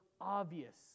obvious